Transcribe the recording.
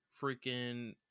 freaking